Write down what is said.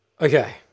Okay